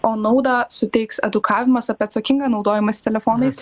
o naudą suteiks edukavimas apie atsakingą naudojimąsi telefonais